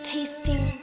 Tasting